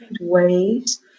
ways